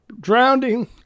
drowning